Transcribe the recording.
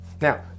Now